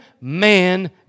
man